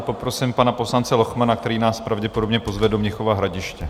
Poprosím pana poslance Lochmana, který nás pravděpodobně pozve do Mnichova Hradiště.